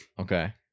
okay